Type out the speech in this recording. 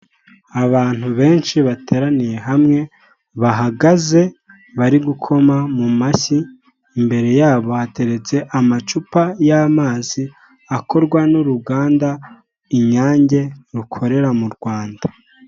Abantu benshi bateraniye hamwe bahagaze bari gukoma mu mashyi, imbere yabo hateretse amacupa y'amazi akorwa n'uruganda Inyange rukorera mu Rwanda.